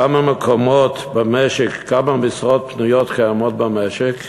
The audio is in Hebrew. כמה מקומות במשק, כמה משרות פנויות קיימות במשק?